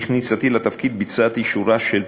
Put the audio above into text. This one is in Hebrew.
מאז כניסתי לתפקיד ביצעתי שורה של פעולות: